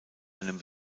einem